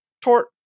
tort